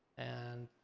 and,